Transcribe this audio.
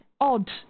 odd